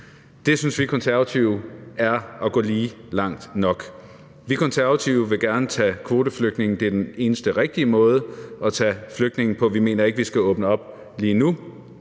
Det synes vi Konservative er at gå lige langt nok. Vi Konservative vil gerne tage kvoteflygtninge. Det er den eneste rigtige måde at tage flygtninge på. Vi mener ikke, vi skal åbne op lige nu.